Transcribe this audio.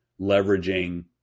leveraging